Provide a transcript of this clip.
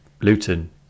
Luton